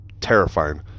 terrifying